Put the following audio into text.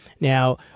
Now